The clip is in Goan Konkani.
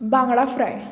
बांगडा फ्राय